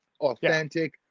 authentic